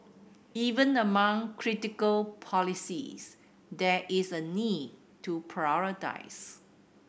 even among critical policies there is a need to prioritise